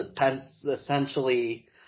essentially